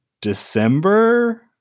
December